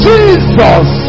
Jesus